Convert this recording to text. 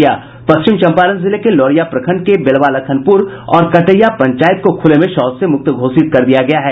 पश्चिम चंपारण जिले के लौरिया प्रखंड के बेलवा लखनपुर और कटैया पंचायत को खुले में शौच से मुक्त कर दिया गया है